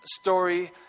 story